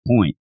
point